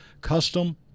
custom